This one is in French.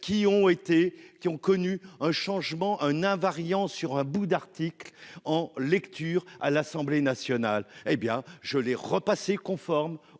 qui ont été qui ont connu un changement un invariant sur un bout d'article en lecture à l'Assemblée nationale, hé bien je l'ai repassé conforme